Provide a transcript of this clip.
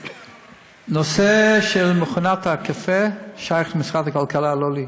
הנושא של מכונות הקפה שייך למשרד הכלכלה, לא לי.